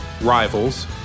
Rivals